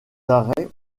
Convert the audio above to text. arrêts